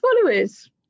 followers